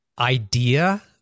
Idea